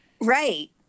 Right